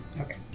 Okay